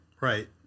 Right